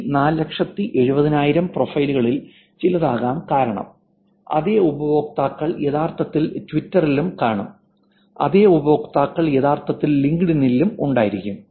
ഈ 470000 പ്രൊഫൈലുകളിൽ ചിലതാകാം കാരണം അതേ ഉപയോക്താക്കൾ യഥാർത്ഥത്തിൽ ട്വിറ്ററിലും കാണും അതേ ഉപയോക്താക്കൾ യഥാർത്ഥത്തിൽ ലിങ്ക്ഡ്ഇനിൽ ഉണ്ടായിരിക്കും